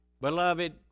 Beloved